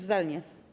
Zdalnie.